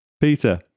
Peter